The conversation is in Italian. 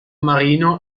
marino